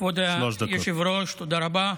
כבוד היושב-ראש, תודה רבה.